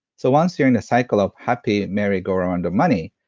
so once you're in a cycle of happy merry-go-round of money,